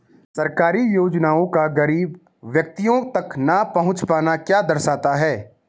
सरकारी योजनाओं का गरीब व्यक्तियों तक न पहुँच पाना क्या दर्शाता है?